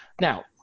Now